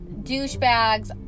douchebags